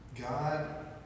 God